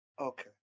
Okay